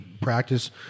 practice